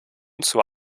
zur